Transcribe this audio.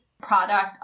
product